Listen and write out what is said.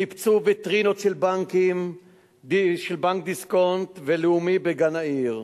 ניפצו ויטרינות של בנק דיסקונט ובנק לאומי בגן-העיר.